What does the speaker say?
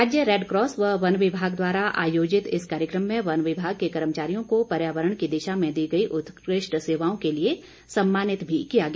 राज्य रैडक्रॉस व वनविभाग द्वारा आयोजित इस कार्यक्रम में वन विभाग के कर्मचारियों को पर्यावरण की दिशा में दी गई उत्कृष्ठ सेवाओं के लिए सम्मानित भी किया गया